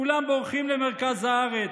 כולם בורחים למרכז הארץ.